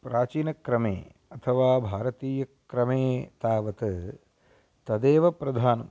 प्राचीनक्रमे अथवा भारतीयक्रमे तावत् तदेव प्रधानम्